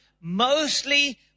mostly